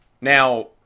now